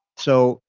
so,